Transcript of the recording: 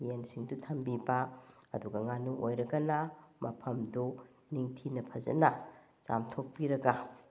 ꯌꯦꯟꯁꯤꯡꯗꯨ ꯊꯝꯕꯤꯕ ꯑꯗꯨꯒ ꯉꯥꯅꯨ ꯑꯣꯏꯔꯒꯅ ꯃꯐꯝꯗꯨ ꯅꯤꯡꯊꯤꯅ ꯐꯖꯅ ꯆꯥꯝꯊꯣꯛꯄꯤꯔꯒ